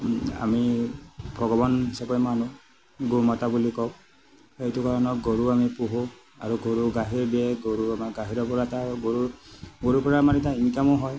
আমি ভগৱান হিচাপে মানোঁ গোমাতা বুলি কওঁ সেইটো কাৰণত গৰু আমি পোহোঁ আৰু গৰু গাখীৰ দিয়ে গৰু আমাক গাখীৰৰ পৰা তাৰ গৰুৰ গৰুৰ পৰা আমাৰ এটা ইনকামো হয়